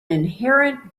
inherent